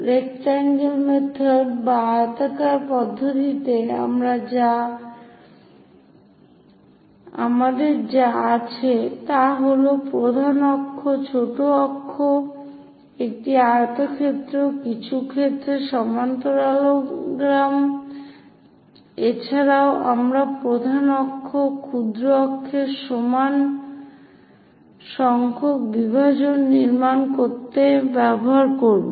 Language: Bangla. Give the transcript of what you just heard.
রেকট্যাংগল মেথড বা আয়তাকার পদ্ধতিতে আমাদের যা আছে তা হল প্রধান অক্ষ ছোট অক্ষ একটি আয়তক্ষেত্র কিছু ক্ষেত্রে সমান্তরালোগ্রাম এছাড়াও আমরা প্রধান অক্ষ ক্ষুদ্র অক্ষের সমান সংখ্যক বিভাজন নির্মাণ করতে ব্যবহার করব